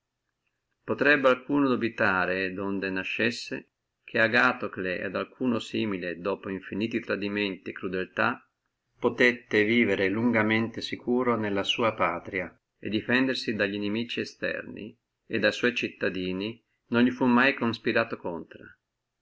potrebbe alcuno dubitare donde nascessi che agatocle et alcuno simile dopo infiniti tradimenti e crudeltà possé vivere lungamente sicuro nella sua patria e defendersi dalli inimici esterni e da sua cittadini non li fu mai conspirato contro